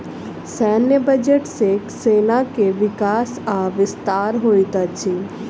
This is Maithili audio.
सैन्य बजट सॅ सेना के विकास आ विस्तार होइत अछि